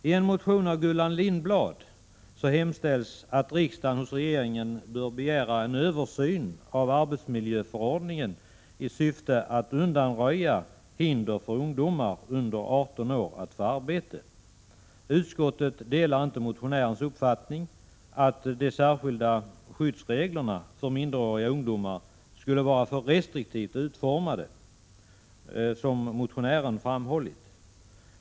I en motion av Gullan Lindblad hemställs att riksdagen hos regeringen skall begära en översyn av förordningen med syfte att undanröja hinder för ungdomar under 18 år att få arbete. Utskottet delar inte motionärens uppfattning att de särskilda skyddsreglerna för minderåriga ungdomar skulle vara för restriktivt utformade, vilket motionären har framhållit.